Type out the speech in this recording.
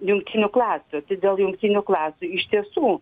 jungtinių klasių dėl jungtinių klasių iš tiesų